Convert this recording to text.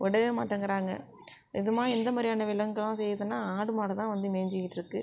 விடவே மாட்டேங்கிறாங்க இதுமாரி எந்த மாதிரியான விலங்குலாம் செய்யுதுன்னா ஆடு மாடு தான் வந்து மேய்ஞ்சிகிட்ருக்கு